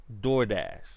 DoorDash